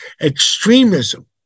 Extremism